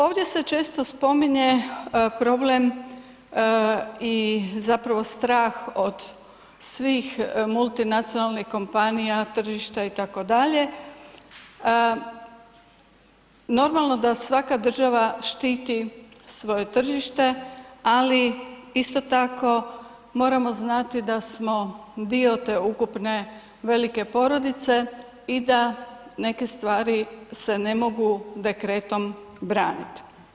Ovdje se često spominje problem i zapravo strah od svih multinacionalnih kompanija, tržišta itd., normalno da svaka država štiti svoje tržište ali isto tako moramo znati da smo dio te ukupne velike porodice i da neke stvari se ne mogu dekretom branit.